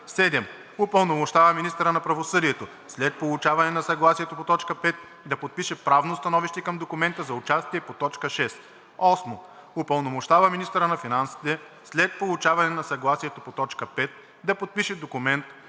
7. Упълномощава министъра на правосъдието след получаване на съгласието по т. 5 да подпише правно становище към документа за участие по т. 6. 8. Упълномощава министъра на финансите след получаване на съгласието по т. 5 да подпише документ